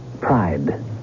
Pride